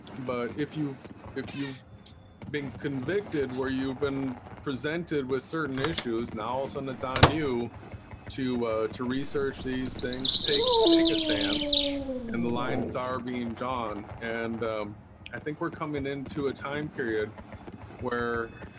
but if you if you being convicted where you've been presented with certain issues now all sudden. it's on you to to research these things take take a stance and and the lines are being john and i think we're coming into a time period where